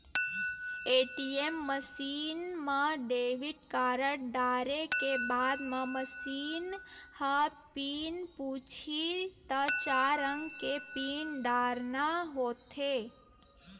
ATM machine म debit card डारे के बाद म मसीन ह पिन पूछही त चार अंक के पिन डारना होथे